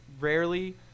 rarely